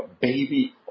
Baby